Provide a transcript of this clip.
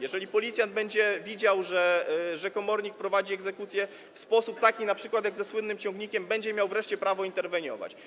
Jeżeli policjant będzie widział, że komornik prowadzi egzekucję w sposób taki np. jak tę ze słynnym ciągnikiem, będzie miał wreszcie prawo interweniować.